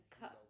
cut